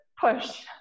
push